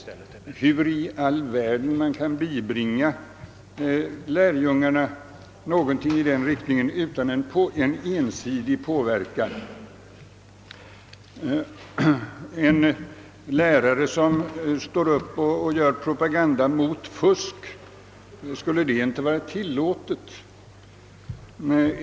Hur i all världen skall man kunna bibringa lärjungarna uppfattningar i den riktningen utan att de blir utsatta för en ensidig påverkan? En lärare står upp och gör propaganda mot fusk — skulle det inte vara tillåtet?